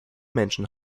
menschen